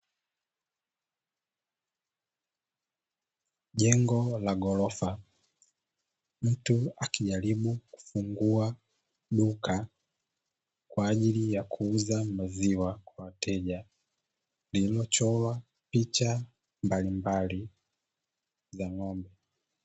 Jengo la ghorofa; mtu akijaribu kufungua duka kwa ajili ya kuuza maziwa kwa wateja, lililochorwa picha mbalimbali za ng’ombe.